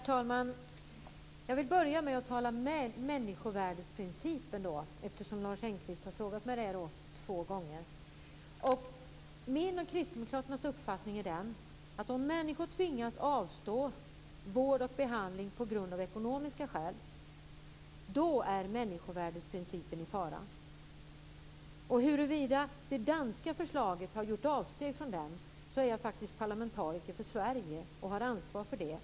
Herr talman! Jag vill börja med människovärdesprincipen eftersom Lars Engqvist två gånger har frågat om den. Min och Kristdemokraternas uppfattning är att om människor av ekonomiska skäl tvingas avstå från vård och behandling är människovärdesprincipen i fara. På frågan om huruvida det danska förslaget innebär ett avsteg från den principen vill jag säga att jag faktiskt är parlamentariker för Sverige och har ansvar för det.